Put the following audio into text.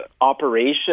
operation